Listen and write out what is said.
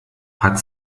hat